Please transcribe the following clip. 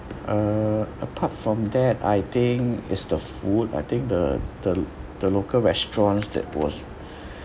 uh apart from that I think is the food I think the the the local restaurants that was